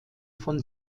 von